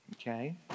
Okay